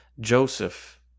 Joseph